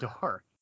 dark